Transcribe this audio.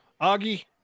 Augie